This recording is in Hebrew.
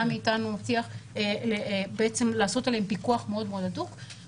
מאיתנו --- לעשות עליהם פיקוח הדוק מאוד.